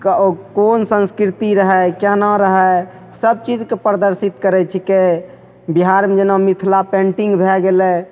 कऽ ओ कोन संस्कृति रहै केना रहै सबचीजके परदर्शित करै छिकै बिहारमे जेना मिथिला पेन्टिंग भए गेलै